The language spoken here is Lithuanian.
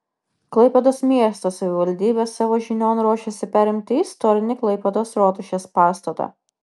klaipėdos miesto savivaldybė savo žinion ruošiasi perimti istorinį klaipėdos rotušės pastatą